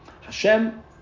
Hashem